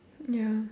ya